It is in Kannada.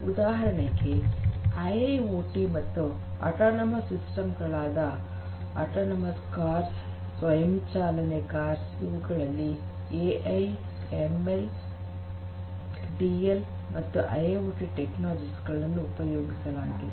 ಉದಾಹರಣೆಗೆ ಐಓಟಿ ಮತ್ತು ಆಟೊನೊಮಸ್ ಸಿಸ್ಟಮ್ಸ್ ಗಳಾದ ಆಟೊನೊಮಸ್ ಕಾರ್ಸ್ ಸ್ವಯಂ ಚಾಲನೆ ಕಾರ್ಸ್ ಇವುಗಳಲ್ಲಿ ಎಐ ಎಂಎಲ್ ಡಿ ಎಲ್ ಮತ್ತು I I O T technologies ಗಳನ್ನು ಉಪಯೋಗಿಸಲಾಗಿದೆ